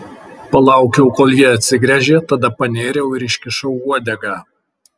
palaukiau kol ji atsigręžė tada panėriau ir iškišau uodegą